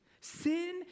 Sin